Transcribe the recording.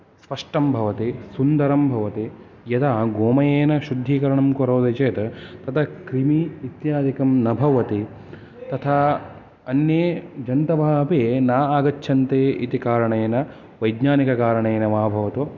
स्पष्टं भवति सुन्दरं भवति यदा गोमयेन शुद्धीकरणं करोति चेत् तदा क्रिमि इत्यादिकं न भवति तथा अन्ये जन्तवः अपि ना आगच्छन्ति इति कारणेन वैज्ञानिककारणेन वा भवतु